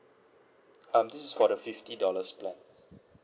um this is for the fifty dollars plan